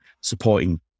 supporting